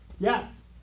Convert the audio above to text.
Yes